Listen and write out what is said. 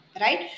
right